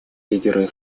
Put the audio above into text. лидеры